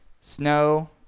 snow